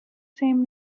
same